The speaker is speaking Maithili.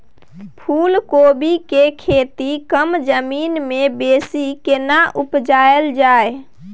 फूलकोबी के खेती कम जमीन मे बेसी केना उपजायल जाय?